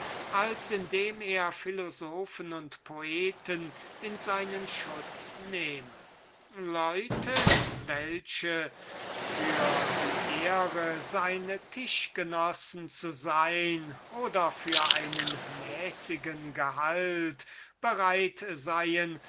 als indem er philosophen und poeten in seinen schutz nehme leute welche für die ehre seine tischgenossen zu sein oder für ein mäßiges gehalt bereit seien